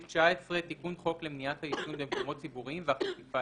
סעיף 19. "תיקון חוק למניעת העישון במקומות ציבוריים והחשיפה